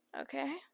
Okay